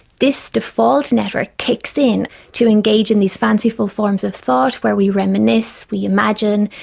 this default network kicks in to engage in these fanciful forms of thought where we reminisce, we imagine,